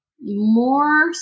more